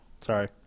sorry